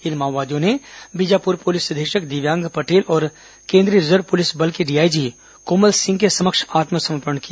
इन माओवादियों ने बीजापुर पुलिस अधीक्षक दिव्यांग पटेल और केंद्रीय रिजर्व पुलिस बल के डीआईजी कोमल सिंह के समक्ष आत्मसमर्पण किया